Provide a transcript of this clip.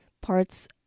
parts